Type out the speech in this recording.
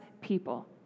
people